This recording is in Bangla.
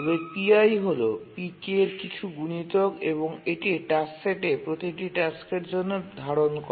তবে Pi হল Pk এর কিছু গুনিতক এবং এটি টাস্ক সেটে প্রতিটি টাস্কের জন্য সত্যি হয়